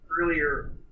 earlier